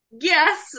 Yes